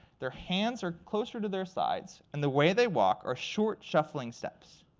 their hands are closer to their sides. and the way they walk are short, shuffling steps.